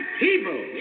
people